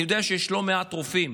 אני יודע שיש לא מעט רופאים